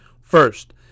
first